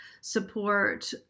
support